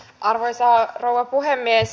arvoisa rouva puhemies